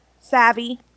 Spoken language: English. savvy